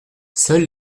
seuls